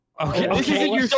Okay